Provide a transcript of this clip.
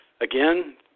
Again